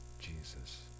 Jesus